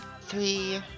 three